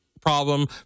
problem